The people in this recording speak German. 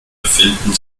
befinden